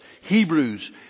Hebrews